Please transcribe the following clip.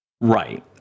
right